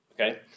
Okay